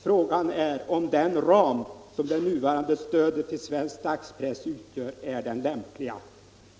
Frågan är om den ram som det nuvarande stödet till svensk dagspress utgör är den lämpliga.